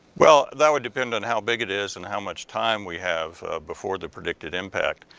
well, that would depend on how big it is and how much time we have before the predicted impact.